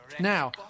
Now